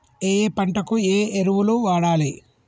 ఏయే పంటకు ఏ ఎరువులు వాడాలి?